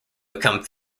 become